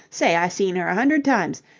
say, i seen her a hundred times.